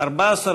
2 נתקבלו.